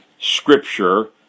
scripture